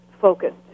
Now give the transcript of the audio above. focused